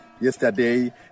yesterday